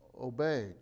obeyed